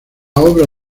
obra